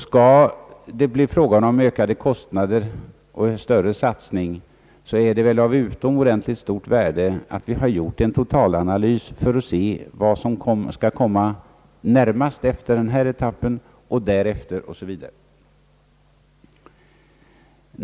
Skall det bli fråga om ökade kostnader och större satsning är det väl av utomordentligt stort värde att vi har gjort en totalanalys för att se vad som skall komma närmast efter denna etapp det i dag gäller och därefter o. s. Vv.